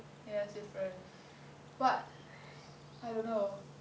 ya it's different but I don't know